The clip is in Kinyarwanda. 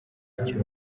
akiri